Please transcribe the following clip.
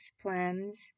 plans